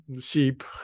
sheep